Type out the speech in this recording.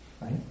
right